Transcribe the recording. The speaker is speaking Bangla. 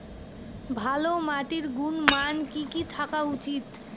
ভালো মাটির গুণমান কি কি থাকা উচিৎ?